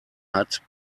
hat